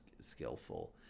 skillful